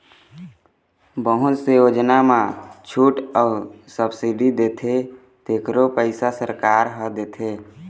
बहुत से योजना म छूट अउ सब्सिडी देथे तेखरो पइसा सरकार ह देथे